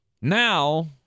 now